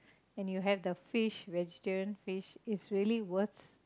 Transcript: and you have the fish vegetarian fish it's really worth